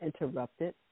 interrupted